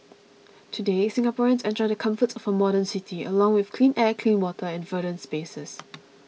today Singaporeans enjoy the comforts for a modern city along with clean air clean water and verdant spaces